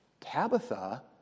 Tabitha